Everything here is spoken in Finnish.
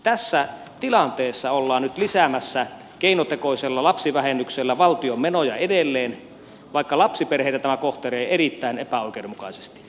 tässä tilanteessa ollaan nyt lisäämässä keinotekoisella lapsivähennyksellä valtion menoja edelleen vaikka lapsiperheitä tämä kohtelee erittäin epäoikeudenmukaisesti